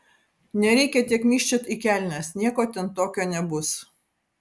nereikia tiek myžčiot į kelnes nieko ten tokio nebus